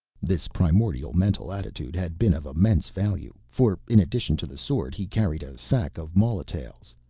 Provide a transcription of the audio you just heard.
this primordial mental attitude had been of immense value for in addition to the sword he carried a sack of molotails,